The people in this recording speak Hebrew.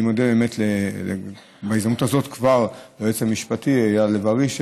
אני כבר מודה בהזדמנות הזאת ליועץ המשפטי אייל לב-ארי,